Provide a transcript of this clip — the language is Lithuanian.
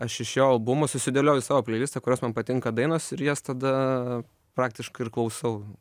aš iš jo albumų susidėlioju savo pleilistą kurios man patinka dainos ir jas tada praktiškai ir klausau